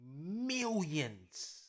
millions